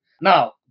Now